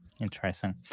Interesting